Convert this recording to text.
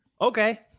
Okay